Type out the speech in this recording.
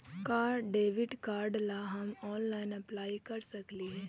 का debit card ला हम ऑनलाइन अप्लाई कर सकली हे?